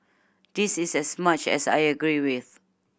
this is as much as I agree with